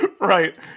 right